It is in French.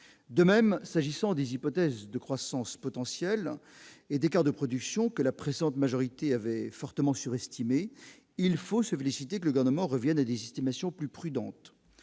de même s'agissant des hypothèses de croissance potentielle et des Cars de production que la précédente majorité avait fortement surestimée, il faut se féliciter que le garnement reviennent à des estimations plus prudentes,